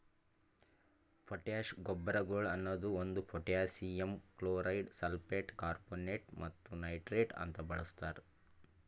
potash ಗೊಬ್ಬರಗೊಳ್ ಅನದು ಒಂದು ಪೊಟ್ಯಾಸಿಯಮ್ ಕ್ಲೋರೈಡ್, ಸಲ್ಫೇಟ್, ಕಾರ್ಬೋನೇಟ್ ಮತ್ತ ನೈಟ್ರೇಟ್ ಅಂತ ಬಳಸ್ತಾರ್